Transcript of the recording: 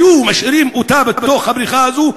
היו משאירים אותה בתוך הבריכה הזאת?